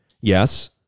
Yes